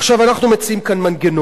עכשיו, אנחנו מציעים כאן מנגנון.